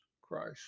Christ